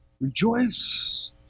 rejoice